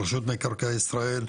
רשות מקרקעי ישראל?